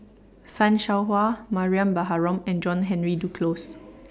fan Shao Hua Mariam Baharom and John Henry Duclos